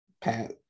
Pat